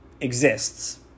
exists